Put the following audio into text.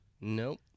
Nope